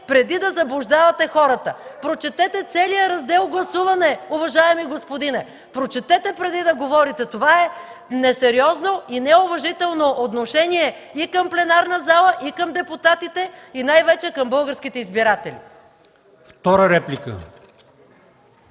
преди да заблуждавате хората. Прочетете целия Раздел „Гласуване”, уважаеми господине! Прочетете, преди да говорите. Това е несериозно и неуважително отношение и към пленарната зала, и към депутатите, и най-вече към българските избиратели.